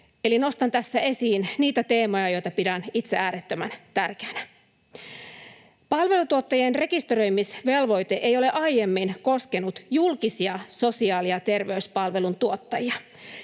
nostan tässä esiin niitä teemoja, joita pidän itse äärettömän tärkeinä. Palveluntuottajien rekisteröimisvelvoite ei ole aiemmin koskenut julkisia sosiaali- ja terveyspalvelun tuottajia.